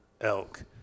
elk